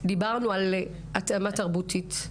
דיברנו על התאמה תרבותית,